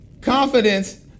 confidence